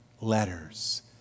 Letters